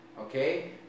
okay